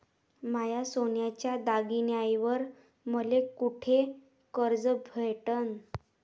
माया सोन्याच्या दागिन्यांइवर मले कुठे कर्ज भेटन?